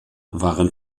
waren